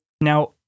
now